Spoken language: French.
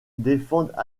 défendent